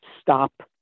stop